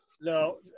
No